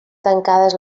tancades